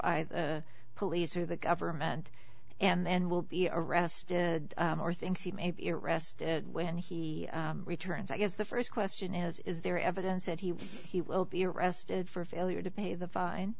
by police or the government and will be arrested or thinks he may be arrested when he returns i guess the first question is is there evidence that he he will be arrested for failure to pay the fine